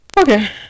okay